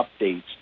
updates